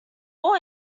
all